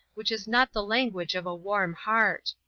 which is not the language of a warm heart.